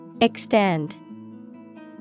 Extend